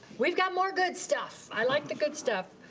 we've got more good stuff. i like the good stuff.